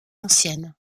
ancienne